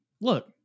look